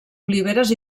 oliveres